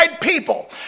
people